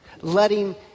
letting